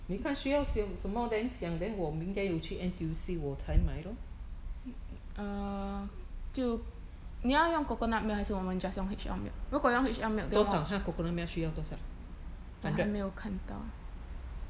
mm mm uh 就你要用 coconut milk 还是我们 just 用 H_L milk 如果用 H_L milk 的话我还没有看到